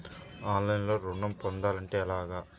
ఆన్లైన్లో ఋణం పొందాలంటే ఎలాగా?